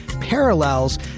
parallels